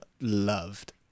loved